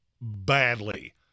badly